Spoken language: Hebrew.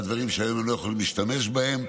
דברים שהיום הם לא יכולים להשתמש בהם.